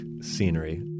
scenery